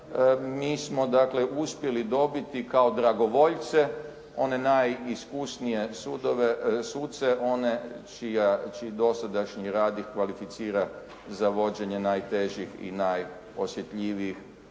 Mi smo dakle uspjeli dobiti kao dragovoljce one najiskusnije suce, one čiji dosadašnji rad kvalificira za vođenje najtežih i najosjetljivijih